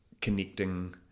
connecting